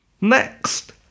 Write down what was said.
Next